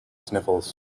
sniffles